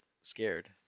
scared